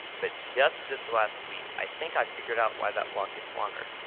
but just this last week i think i figured out why that walk gets longer.